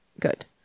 Good